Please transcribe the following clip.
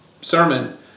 sermon